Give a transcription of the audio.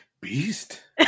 Beast